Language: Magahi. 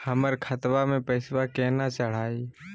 हमर खतवा मे पैसवा केना चढाई?